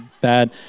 bad